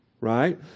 right